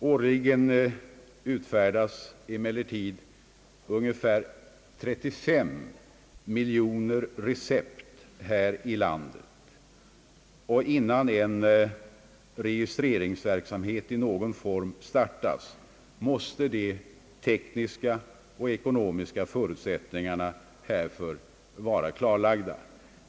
Årligen utfärdas emellertid ungefär 35 miljoner recept här i landet, och innan en registreringsverksamhet i någon form startas måste de tekniska och ekonomiska förutsättningarna härför vara klarlagda.